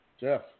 Jeff